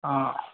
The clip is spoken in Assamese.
অঁ